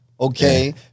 okay